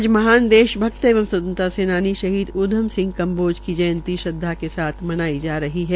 आज महान देश भक्त एवं स्वतंत्रता सेनानी शहीद उद्यम सिंह कम्बोज की जयंती श्रद्वा के साथ मनाई जा रही है